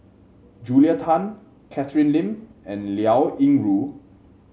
Julia Tan Catherine Lim and Liao Yingru